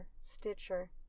Stitcher